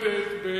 נמדדים